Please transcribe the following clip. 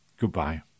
goodbye